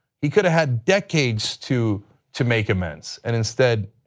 he could've had decades to to make amends and instead,